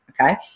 okay